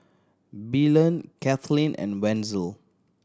Belen Kathleen and Wenzel